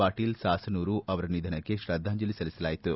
ಪಾಟೀಲ್ ಸಾಸನೂರು ಅವರ ನಿಧನಕ್ಕೆ ಶ್ರದ್ದಾಂಜಲಿ ಸಲ್ಲಿಸಲಾಯಿತು